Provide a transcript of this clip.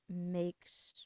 makes